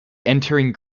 entering